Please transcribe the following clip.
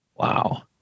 wow